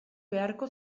beharko